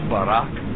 Barak